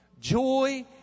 Joy